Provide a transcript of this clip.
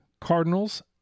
Cardinals